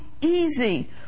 easy